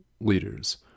leaders